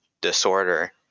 disorder